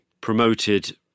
promoted